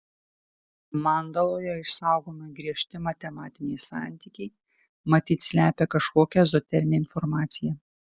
mandaloje išsaugomi griežti matematiniai santykiai matyt slepia kažkokią ezoterinę informaciją